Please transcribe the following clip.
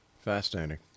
Fascinating